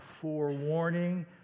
forewarning